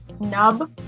nub